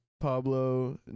Pablo